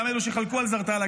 גם אלה שחלקו על זרטל,